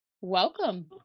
Welcome